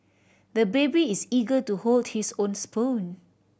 the baby is eager to hold his own spoon